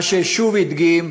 מה ששוב הדגים